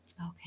okay